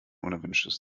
unerwünschtes